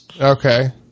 Okay